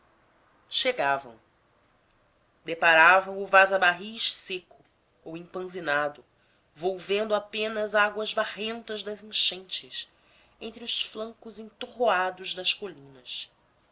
chegavam deparavam o vaza barris seco ou empanzinado volvendo apenas águas barrentas das enchentes entre os flancos entorroados das colinas